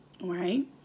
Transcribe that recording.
right